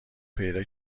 پیدا